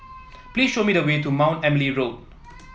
please show me the way to Mount Emily Road